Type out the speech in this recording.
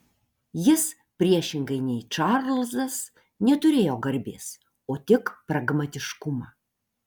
jis priešingai nei čarlzas neturėjo garbės o tik pragmatiškumą